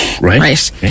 Right